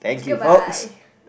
goodbye